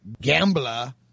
gambler